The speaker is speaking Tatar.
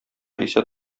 исә